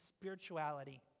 spirituality